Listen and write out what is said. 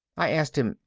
i asked him,